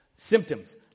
Symptoms